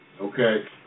Okay